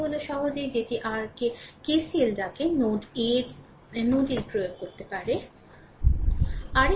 এটি হল সহজেই যেটি আর কে KCL ডাকে নোড এ রি প্রয়োগ করতে পারে